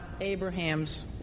Abraham's